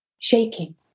Shaking